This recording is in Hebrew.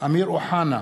אמיר אוחנה,